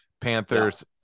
Panthers